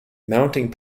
mounting